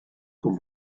con